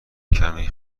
کمی